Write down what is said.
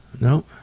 no